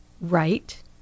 right